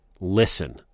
listen